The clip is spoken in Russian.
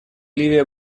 ливия